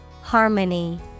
Harmony